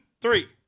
three